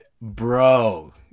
bro